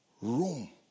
Room